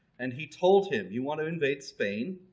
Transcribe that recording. and he told him, you want to invade spain.